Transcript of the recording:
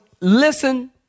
listen